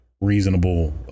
reasonable